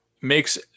makes